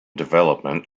development